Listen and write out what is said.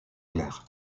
clair